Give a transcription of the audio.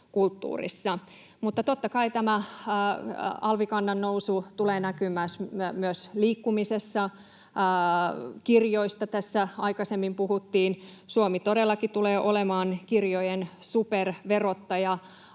Mutta totta kai tämä alvikannan nousu tulee näkymään myös liikkumisessa. Kirjoista tässä aikaisemmin puhuttiin: Suomi todellakin tulee olemaan kirjojen superverottaja